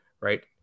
Right